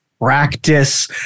practice